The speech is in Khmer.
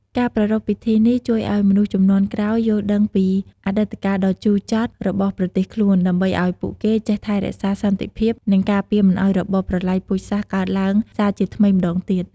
ការប្រារព្ធពិធីនេះជួយឲ្យមនុស្សជំនាន់ក្រោយយល់ដឹងពីអតីតកាលដ៏ជូរចត់របស់ប្រទេសខ្លួន ដើម្បីឲ្យពួកគេចេះថែរក្សាសន្តិភាព និងការពារមិនឲ្យរបបប្រល័យពូជសាសន៍កើតឡើងសារជាថ្មីម្តងទៀត។